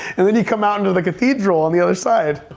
and then you come out into the cathedral on the other side.